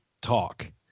talk